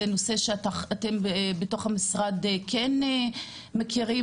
זה נושא שאתם בתוך המשרד כן מכירים